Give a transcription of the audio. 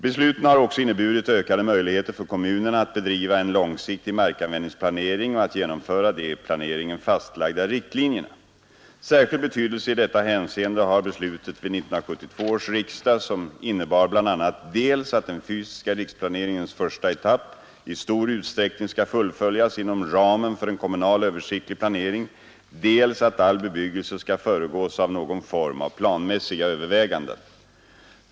Besluten har också inneburit ökade möjligheter för kommunerna att bedriva en långsiktig markanvändningsplanering och att genomföra de i planeringen fastlagda riktlinjerna. Särskild betydelse i detta hänseende har beslutet vid 1972 års riksdag, som innebar bl.a. dels att den fysiska riksplaneringens första etapp i stor utsträckning skall fullföljas inom ramen för en kommunal översiktlig planering, dels att all bebyggelse skall föregås av någon form av planmässiga överväganden.